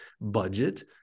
budget